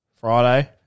Friday